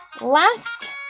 Last